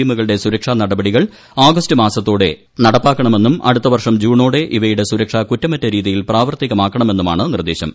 M കളുടെ സുരുക്ഷാ നടപടികൾ ആഗസ്റ്റ് മാസത്തോടെ നടപ്പാക്കണമെന്നും അടുത്തവർഷം ജൂണോടെ ഇവയുടെ സുരക്ഷ കുറ്റമറ്റ രീതിയിൽ പ്രാവർത്തികമാക്കണമെന്നുമാണ് നിർദ്ദേശം